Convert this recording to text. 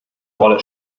rolle